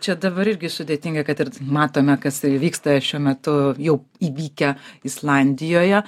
čia dabar irgi sudėtinga kad ir matome kas vyksta šiuo metu jau įvykę islandijoje